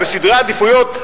בסדרי עדיפויות,